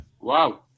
Wow